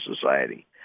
society